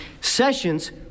Sessions